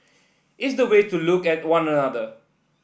it's the way to look at one another